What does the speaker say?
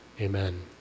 amen